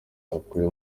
akuye